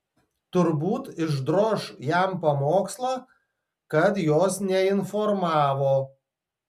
turbūt išdroš jam pamokslą kad jos neinformavo